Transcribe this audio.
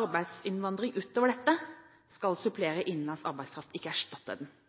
Arbeidsinnvandring utover dette skal supplere innenlands arbeidskraft, ikke erstatte den.